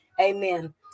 amen